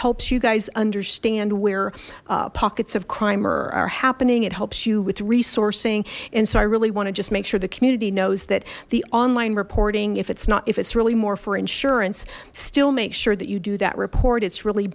helps you guys understand where pockets of crimer are happening it helps you with resourcing and so i really want to just make sure the community knows that the online reporting if it's not if it's really more for insurance still make sure that you do that report it's really